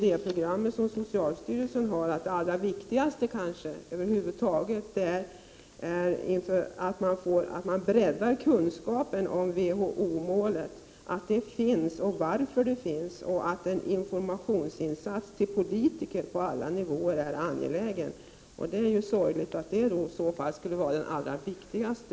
Enligt socialstyrelsens idéprogram är den allra viktigaste uppgiften att man breddar kunskapen om WHO-målet, talar om att det finns och varför det finns samt gör informationsinsatser på alla politiska nivåer. Det är sorgligt att denna informationsinsats i så fall skulle vara den allra viktigaste.